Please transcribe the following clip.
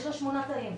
יש לה שמונה תאים.